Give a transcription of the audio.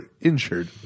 injured